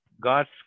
God's